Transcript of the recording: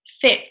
fit